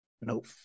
Nope